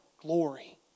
glory